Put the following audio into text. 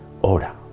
ora